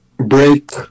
break